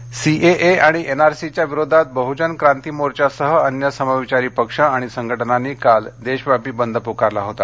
बद सीएए आणि एनआरसीघ्या विरोधात बहुजन क्रांती मोर्चासह अन्य समविचारी पक्ष आणि संघटनांनी काल देशव्यापी बंद पुकारला होता